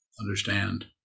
understand